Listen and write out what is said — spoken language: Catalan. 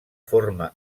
forma